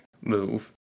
move